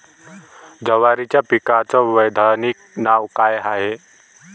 जवारीच्या पिकाचं वैधानिक नाव का हाये?